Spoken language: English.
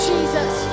Jesus